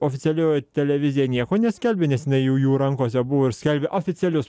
oficialioji televizija nieko neskelbė nes jinai jau jų rankose buvo ir skelbė oficialius